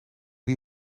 die